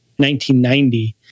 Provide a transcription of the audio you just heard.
1990